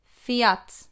fiat